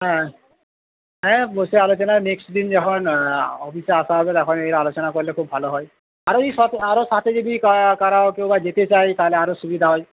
হ্যাঁ হ্যাঁ বসে আলোচনা নেক্সট দিন যখন অফিসে আসা হবে তখন এই আলোচনা করলে খুব ভালো হয় আরও ওইসব আরও সাথে যদি কারা কারা কেউ আর যেতে চাই তাহলে আরও সুবিধা হয়